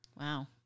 Wow